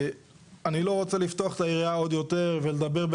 אני לא רוצה לפתוח את היריעה עוד יותר ולדבר,